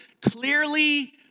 Clearly